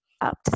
up